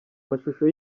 mashusho